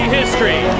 history